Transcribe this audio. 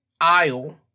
aisle